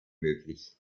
möglich